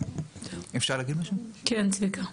כן צביקה.